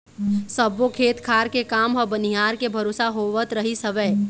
सब्बो खेत खार के काम ह बनिहार के भरोसा होवत रहिस हवय